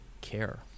care